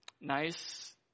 nice